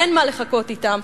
אין מה לחכות אתן,